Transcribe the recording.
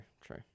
true